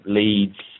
leads